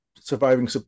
surviving